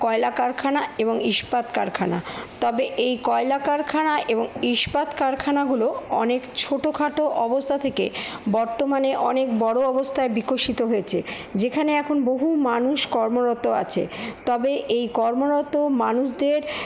কয়লা কারখানা এবং ইস্পাত কারখানা তবে এই কয়লা কারখানা এবং ইস্পাত কারখানাগুলো অনেক ছোটোখাটো অবস্থা থেকে বর্তমানে অনেক বড়ো অবস্থায় বিকশিত হয়েছে যেখানে এখন বহু মানুষ কর্মরত আছে তবে এই কর্মরত মানুষদের